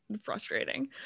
frustrating